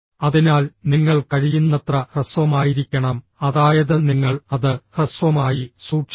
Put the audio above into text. അതിനാൽ നിങ്ങൾ കഴിയുന്നത്ര ഹ്രസ്വമായിരിക്കണം അതായത് നിങ്ങൾ അത് ഹ്രസ്വമായി സൂക്ഷിക്കണം